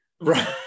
Right